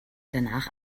danach